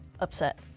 upset